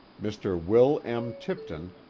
mr. will m. tipton,